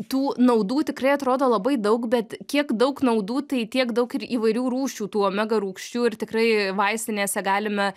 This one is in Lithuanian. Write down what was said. tų naudų tikrai atrodo labai daug bet kiek daug naudų tai tiek daug ir įvairių rūšių tų omega rūgščių ir tikrai vaistinėse galime